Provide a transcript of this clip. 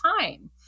time